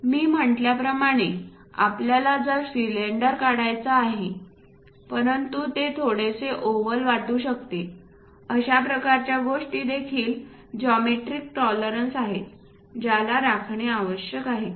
मी म्हटल्या प्रमाणे आपल्याला जर सिलिंडर काढायचे आहे परंतु ते थोडेसे ओव्हल वाटू शकते अशा प्रकारच्या गोष्टी देखील जॉमेट्रीक टॉलरन्स आहेत ज्याला राखणे आवश्यक आहे